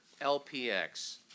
LPX